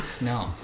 No